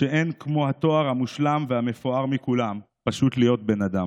שאין כמו התואר המושלם והמפואר מכולם: פשוט להיות בן אדם.